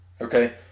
okay